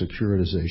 securitization